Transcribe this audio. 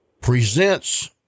presents